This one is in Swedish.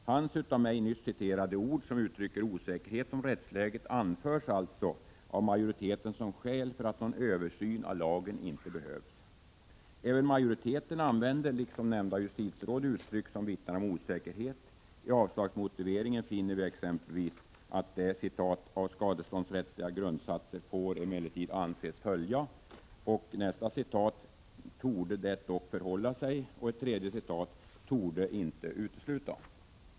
Hans av mig nyss citerade ord, som uttrycker osäkerhet om rättsläget, anförs alltså av majoriteten som skäl för att någon översyn av lagen inte behövs. Även majoriteten använder, liksom justitierådet, uttryck som vittnar om osäkerhet. I avslagsmotiveringen finner vi exempelvis följande uttryck: ”Av allmänna skadeståndsrättsliga grundsatser får emellertid anses följa”, ”torde det dock förhålla sig”, ”torde inte utesluta”.